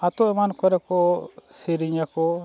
ᱟᱛᱳ ᱮᱢᱟᱱ ᱠᱚᱨᱮ ᱠᱚ ᱥᱮᱨᱮᱧ ᱟᱠᱚ